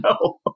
No